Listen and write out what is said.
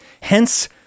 Hence